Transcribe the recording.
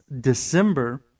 December